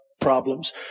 problems